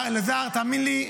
אלעזר, תאמין לי,